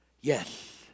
Yes